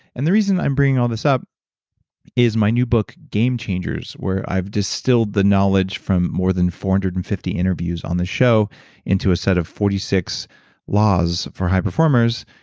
and the reason i'm bringing all of this up is my new book game changers where i've distilled the knowledge from more than four hundred and fifty interviews on this show into a set of forty six laws for high performers,